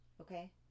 Okay